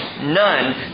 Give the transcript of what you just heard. none